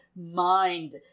mind